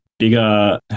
bigger